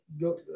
go